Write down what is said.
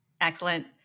Excellent